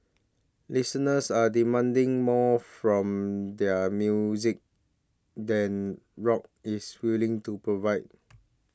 listeners are demanding more from their music than rock is willing to provide